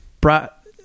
brought